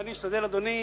אני אשתדל, אדוני.